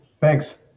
Thanks